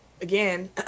again